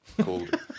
called